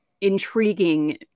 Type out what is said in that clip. intriguing